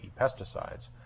pesticides